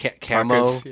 camo